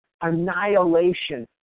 annihilation